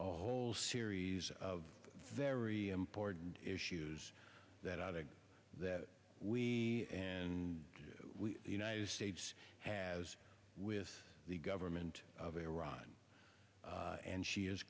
whole series of very important issues that i that we and the united states has with the government of iran and she is